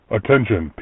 Attention